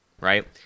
Right